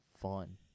fun